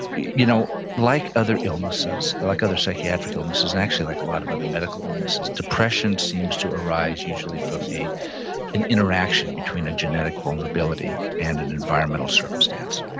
you know like other illnesses, like other psychiatric illnesses, actually like a lot of other medical illnesses, depression seems to arise usually from an interaction between a genetic vulnerability and an environmental circumstance.